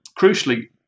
crucially